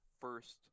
first